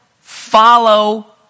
Follow